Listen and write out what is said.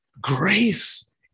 Grace